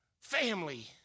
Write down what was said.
family